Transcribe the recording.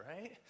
right